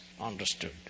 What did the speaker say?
understood